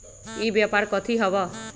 ई व्यापार कथी हव?